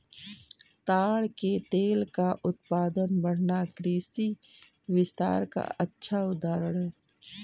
ताड़ के तेल का उत्पादन बढ़ना कृषि विस्तार का अच्छा उदाहरण है